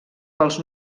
pels